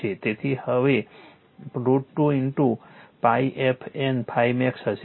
તેથી તે હવે √ 2 𝜋 f N ∅max હશે